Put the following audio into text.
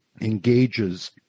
engages